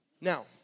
Now